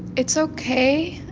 it's ok.